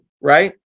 right